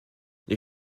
les